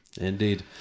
indeed